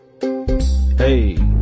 hey